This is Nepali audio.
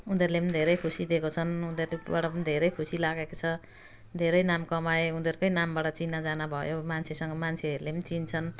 उनीहरूले पनि धेरै खुसी दिएको छन् उनीहरूकोबाट पनि धेरै खुसी लागेको छ धेरै नाम कमाए उनीहरूकै नामबाट चिनाजाना भयो मान्छेसँग मान्छेहरूले पनि चिन्छन्